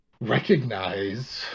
recognize